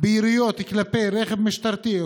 ביריות ברכב משטרתי,